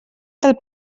del